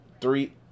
three